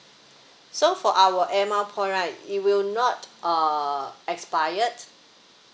so for our air mile point right it will not uh expired